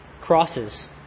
crosses